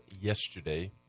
yesterday